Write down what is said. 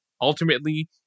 ultimately